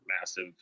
massive